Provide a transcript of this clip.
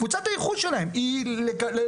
קבוצת הייחוס שלהם היא משרד